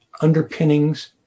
underpinnings